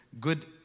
good